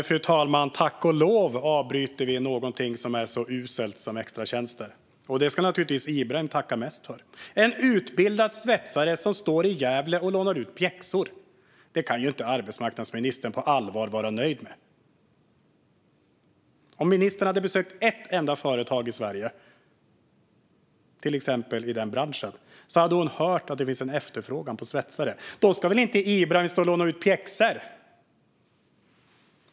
Fru talman! Tack och lov avbryter vi någonting som är så uselt som extratjänster. Det ska naturligtvis Ibrahim tacka mest för. En utbildad svetsare som står i Gävle och lånar ut pjäxor kan inte arbetsmarknadsministern på allvar vara nöjd med. Om ministern hade besökt ett enda företag i Sverige, till exempel i den branschen, hade hon hört att det finns en efterfrågan på svetsare. Då ska väl inte Ibrahim stå och låna ut pjäxor.